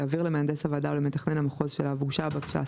יעביר למהנדס הוועדה או למתכנן המחוז שאליו הוגשה הבקשה,